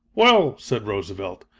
well, said roosevelt,